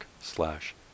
slash